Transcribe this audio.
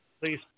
please